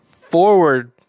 forward